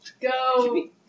Go